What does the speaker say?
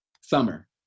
summer